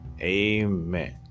Amen